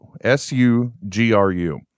S-U-G-R-U